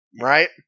right